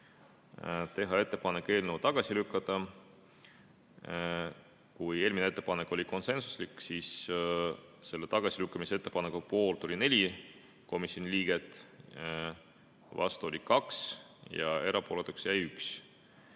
teha ettepanek eelnõu tagasi lükata. Kui esimene ettepanek oli konsensuslik, siis tagasilükkamise ettepaneku poolt oli 4 komisjoni liiget, vastu oli 2 ja erapooletuks jäi 1.